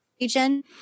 region